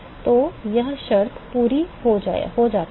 तो जब यह शर्त पूरी हो जाती है